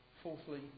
Fourthly